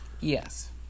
yes